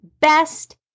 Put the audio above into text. best